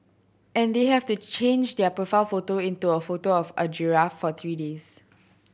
and they have to change their profile photo into a photo of a giraffe for three days